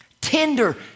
Tender